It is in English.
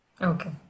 Okay